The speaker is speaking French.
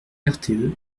rte